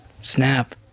Snap